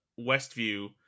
Westview